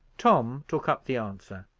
tom took up the answer.